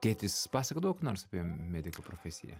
tėtis pasakodavo ką nors mediko profesiją